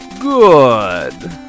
Good